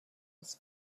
was